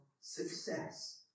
success